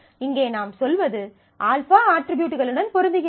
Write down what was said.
இங்கே நாம் சொல்வது α அட்ரிபியூட்களுடன் பொருந்துகிறது